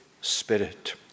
Spirit